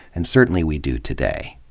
and certainly we do today.